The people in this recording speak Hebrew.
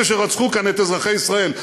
אלה שרצחו כאן את אזרחי ישראל?